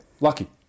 Lucky